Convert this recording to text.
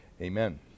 Amen